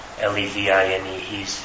L-E-V-I-N-E